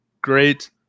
great